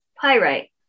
pyrite